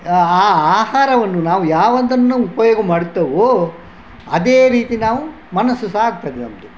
ಆಹಾ ಆಹಾರವನ್ನು ನಾವು ಯಾವುದನ್ನು ಉಪಯೋಗ ಮಾಡುತ್ತೇವೋ ಅದೇ ರೀತಿ ನಾವು ಮನಸ್ಸು ಸಹ ಆಗ್ತದೆ ನಮ್ಮದು